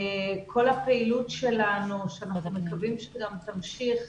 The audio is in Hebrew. כל הפעילות שלנו שאנחנו מקווים שגם תמשיך